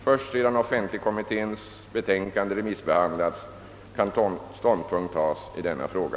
Först sedan offentlighetskommitténs betänkande remissbehandlats kan ståndpunkt tas i denna fråga.